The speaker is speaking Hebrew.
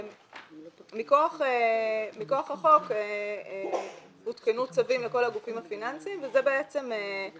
מכוח החוק הותקנו צווים לכל הגופים המפוקחים וכרגע אנחנו צריכים